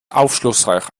aufschlussreich